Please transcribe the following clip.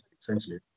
essentially